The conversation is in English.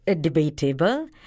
debatable